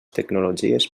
tecnologies